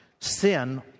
Sin